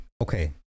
Okay